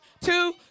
two